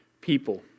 people